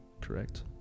correct